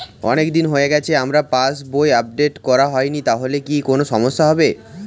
অনেকদিন হয়ে গেছে আমার পাস বই আপডেট করা হয়নি তাহলে কি কোন সমস্যা হবে?